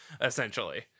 essentially